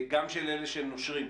גם של אלה שנושרים,